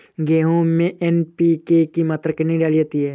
गेहूँ में एन.पी.के की मात्रा कितनी डाली जाती है?